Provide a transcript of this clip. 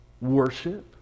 worship